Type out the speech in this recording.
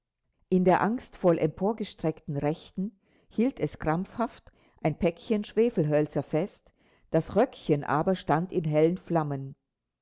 in der angstvoll emporgestreckten rechten hielt es krampfhaft ein päckchen schwefelhölzer fest das röckchen aber stand in hellen flammen